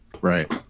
Right